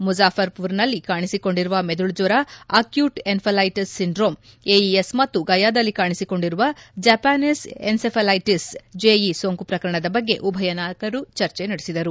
ಮುಜಫರ್ಮರ್ನಲ್ಲಿ ಕಾಣಿಸಿಕೊಂಡಿರುವ ಮೆದುಳು ಜ್ವರ ಅಕ್ಟೂಟ್ ಎನ್ನೆಫಲ್ಲೆಬೀಸ್ ಸಿಡ್ರೋಮ್ ಎಇಎಸ್ ಮತ್ತು ಗಯಾದಲ್ಲಿ ಕಾಣಿಸಿಕೊಂಡಿರುವ ಜಪಾನೀಸ್ ಎನ್ನೆಫಲ್ಲೆಬೀಸ್ ಜೆ ಇ ಸೋಂಕು ಪ್ರಕರಣದ ಬಗ್ಗೆ ಉಭಯ ನಾಯಕರು ಚರ್ಚೆ ನಡೆಸಿದರು